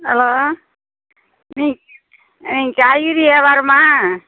hello நீங் நீங்கள் காய்கறி வியாபாரமா